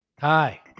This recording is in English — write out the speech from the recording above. Hi